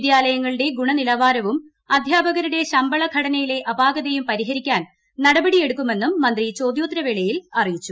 വിദ്യാലയങ്ങളുടെ ഗുണനിലവാരവും അദ്ധ്യാപകരുടെ ശമ്പള ഘടനയിലെ അപാകതയും പരിഹരിക്കാൻ നടപടിയെടുക്കുമെന്നും മന്ത്രി ചോദ്യോത്തരവേളയിൽ അറിയിച്ചു